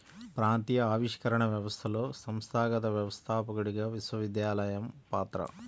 ప్రాంతీయ ఆవిష్కరణ వ్యవస్థలో సంస్థాగత వ్యవస్థాపకుడిగా విశ్వవిద్యాలయం పాత్ర